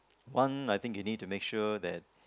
one I think you need to make sure that